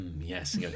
yes